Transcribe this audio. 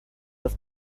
ist